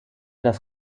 das